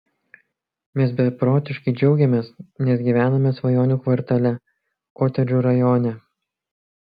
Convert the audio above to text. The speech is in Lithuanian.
mes beprotiškai džiaugiamės nes gyvename svajonių kvartale kotedžų rajone